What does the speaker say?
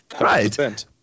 right